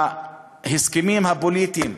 להסכמים הפוליטיים.